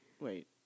Wait